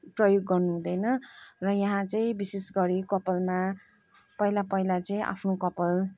प्रयोग गर्नु हुँदैन र यहाँ चाहिँ विशेषगरी कपालमा पहिला पहिला चाहिँ आफ्नो कपाल